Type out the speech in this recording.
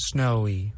Snowy